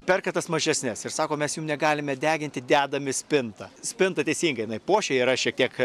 perka tas mažesnes ir sako mes jų negalime deginti dedam į spintą spinta teisingai jinai puošia yra šiek tiek